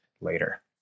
later